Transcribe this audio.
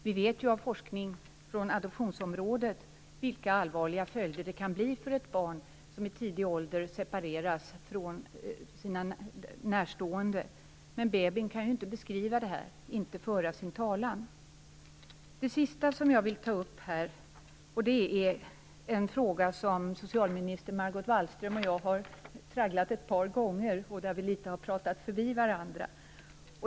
Vi vet av forskning från adoptionsområdet vilka allvarliga följder det kan bli för ett barn som i tidig ålder separeras från sina närstående. Men bebin kan ju inte beskriva det här, inte föra sin talan. Det sista som jag vill ta upp är en fråga som socialminister Margot Wallström och jag har tragglat ett par gånger, och vi har pratat litet förbi varandra.